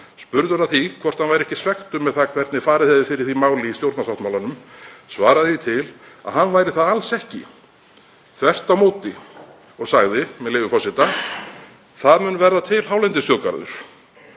spurður að því hvort hann væri ekki svekktur með það hvernig farið hefði fyrir því máli í stjórnarsáttmálanum, svaraði því til að hann væri það alls ekki, þvert á móti, og sagði: Það mun verða til hálendisþjóðgarður